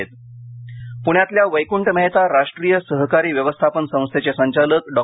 प्ण्यातल्या वैकूंठ मेहता राष्ट्रीय सहकारी व्यवस्थापन संस्थेचे संचालक डॉ